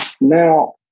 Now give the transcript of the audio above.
Now